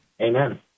Amen